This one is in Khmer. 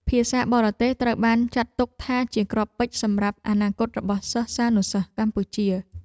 ភាសាបរទេសត្រូវបានចាត់ទុកថាជាគ្រាប់ពេជ្រសម្រាប់អនាគតរបស់សិស្សានុសិស្សកម្ពុជា។